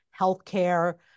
healthcare